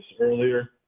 earlier